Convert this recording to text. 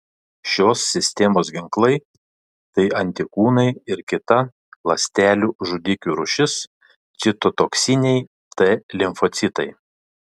šios sistemos ginklai tai antikūnai ir kita ląstelių žudikių rūšis citotoksiniai t limfocitai